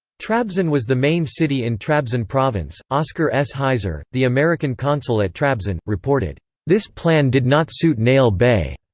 trabzon was the main city in trabzon province oscar s. heizer, the american consul at trabzon, reported this plan did not suit nail bey.